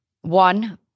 One